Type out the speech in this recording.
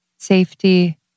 safety